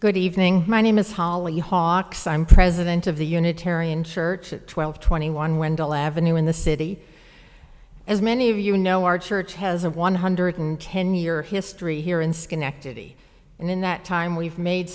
good evening my name is hollyhocks i'm president of the unitarian church at twelve twenty one wendell avenue in the city as many of you know our church has a one hundred ten year history here in schenectady and in that time we've made